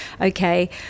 okay